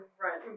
run